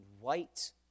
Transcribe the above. white